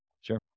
Sure